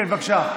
כן, בבקשה.